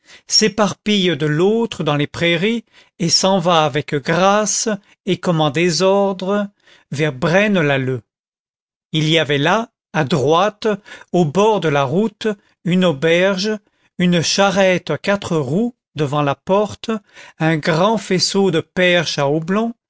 s'éparpille de l'autre dans les prairies et s'en va avec grâce et comme en désordre vers braine lalleud il y avait là à droite au bord de la route une auberge une charrette à quatre roues devant la porte un grand faisceau de perches à houblon